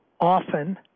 often